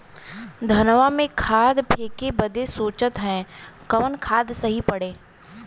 धनवा में खाद फेंके बदे सोचत हैन कवन खाद सही पड़े?